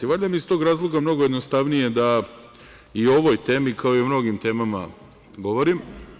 Valjda mi je iz tog razloga mnogo jednostavnije da i o ovoj temi, kao i o mnogim temama govorim.